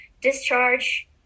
Discharge